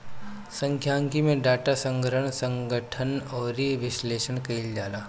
सांख्यिकी में डाटा के संग्रहण, संगठन अउरी विश्लेषण कईल जाला